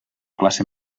classe